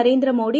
Narendra Modi